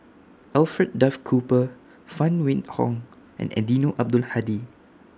Alfred Duff Cooper Phan Wait Hong and Eddino Abdul Hadi